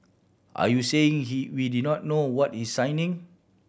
are you saying he we did not know what he's signing